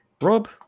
Rob